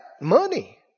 money